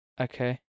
Okay